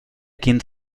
quint